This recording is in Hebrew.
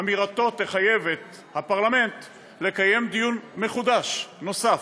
אמירתו תחייב את הפרלמנט לקיים דיון מחודש, נוסף,